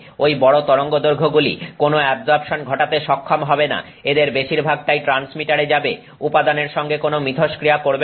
ঐ বড় তরঙ্গদৈর্ঘ্যগুলি কোনো অ্যাবজর্পশন ঘটাতে সক্ষম হবে না এদের বেশির ভাগটাই ট্রান্সমিটার এ যাবে উপাদানের সঙ্গে কোন মিথস্ক্রিয়া করবে না